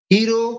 Hero